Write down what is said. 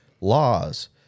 laws